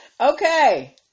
Okay